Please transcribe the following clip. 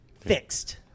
Fixed